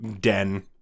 den